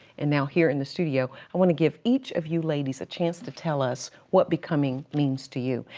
and now here in the studio, i want to give each of you ladies a chance to tell us what becoming means to you.